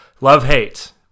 love-hate